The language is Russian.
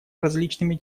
различными